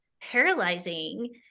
paralyzing